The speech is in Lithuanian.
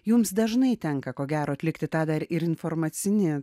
jums dažnai tenka ko gero atlikti tą dar ir informacinį